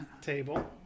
table